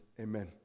amen